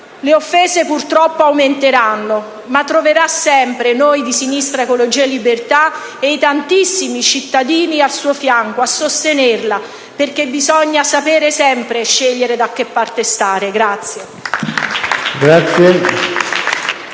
le offese purtroppo aumenteranno, ma troverà sempre noi di Sinistra Ecologia e Libertà e tantissimi cittadini al suo fianco a sostenerla, perché bisogna sempre saper scegliere da che parte stare.